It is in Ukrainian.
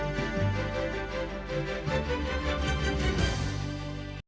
Дякую